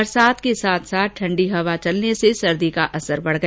बरसात के साथ साथ ठंडी हवाएं चलने से सर्दी का असर बढ गया